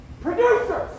producers